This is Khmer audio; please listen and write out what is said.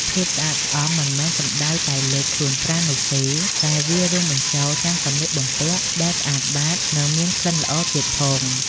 ភាពស្អាតស្អំមិនមែនសំដៅតែលើខ្លួនប្រាណនោះទេ តែវារួមបញ្ចូលទាំងសំលៀកបំពាក់ដែលស្អាតបាត និងមានក្លិនល្អទៀតផង។